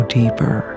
deeper